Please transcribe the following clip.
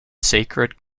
sacred